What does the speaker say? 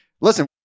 listen